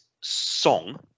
Song